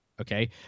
Okay